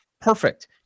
Perfect